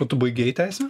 o tu baigei teisę